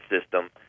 system